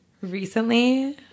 Recently